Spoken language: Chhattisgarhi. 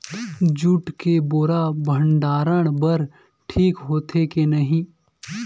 जूट के बोरा भंडारण बर ठीक होथे के नहीं?